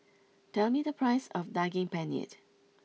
tell me the price of Daging Penyet